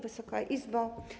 Wysoka Izbo!